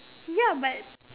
ya but